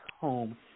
home